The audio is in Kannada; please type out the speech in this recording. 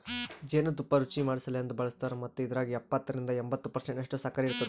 ಜೇನು ತುಪ್ಪ ರುಚಿಮಾಡಸಲೆಂದ್ ಬಳಸ್ತಾರ್ ಮತ್ತ ಇದ್ರಾಗ ಎಪ್ಪತ್ತರಿಂದ ಎಂಬತ್ತು ಪರ್ಸೆಂಟನಷ್ಟು ಸಕ್ಕರಿ ಇರ್ತುದ